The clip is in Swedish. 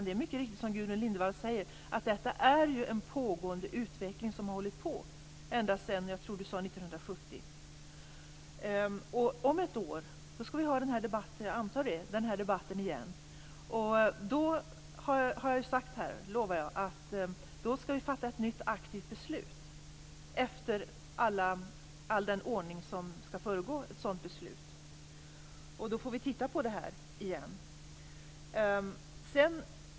Det är mycket riktigt som Gudrun Lindvall säger: Detta är en pågående utveckling som har hållit på ända sedan - jag tror att hon sade - 1970. Om ett år skall vi, antar jag, ha den här debatten igen, och då har jag lovat att vi skall fatta ett nytt aktivt beslut efter all den ordning som skall föregå ett sådant beslut. Då får vi titta på det här igen.